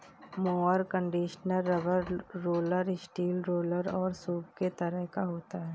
mower conditioner rubber roller, steel roller और सूप के तरह का होता है